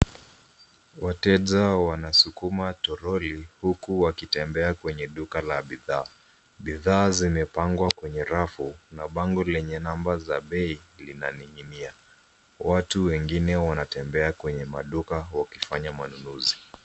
Wateja wanasukuma toroli huku wakitembea kwenye duka la bidhaa. Bidhaa zimepangwa kwenye rafu na bango lenye namba za bei linaning'inia. Watu wengine wanatembea kwenye maduka wakifanya manunuzi.